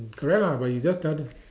correct lah but you just tell them